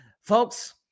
Folks